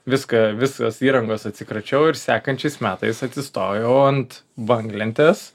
viską visos įrangos atsikračiau ir sekančiais metais atsistojau ant banglentės